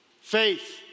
Faith